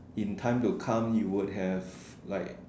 in time to come you would have like